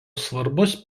svarbus